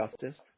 justice